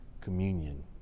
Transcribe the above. communion